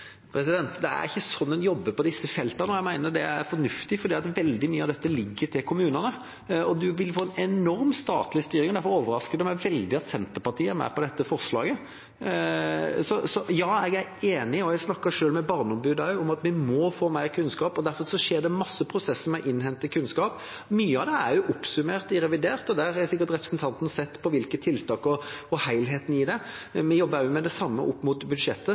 Det er ikke sånn man jobber på disse feltene, og jeg mener det er fornuftig, fordi veldig mye av dette ligger til kommunene, og man vil få en enorm statlig styring. Derfor overrasker det meg veldig at Senterpartiet er med på dette forslaget. Jeg er enig i at vi må få mer kunnskap – jeg har selv snakket med barneombudet også – og derfor skjer det mange prosesser med å innhente kunnskap. Mye av det er oppsummert i revidert, og der har sikkert representanten sett på tiltakene og helheten i det. Vi jobber også med det samme opp mot budsjettet.